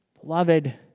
Beloved